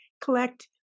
collect